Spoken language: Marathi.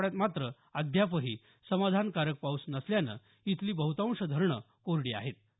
मराठवाड्यात मात्र अद्यापही समाधानकारक पाऊस नसल्यानं इथली बहुतांश धरणं कोरडी आहेत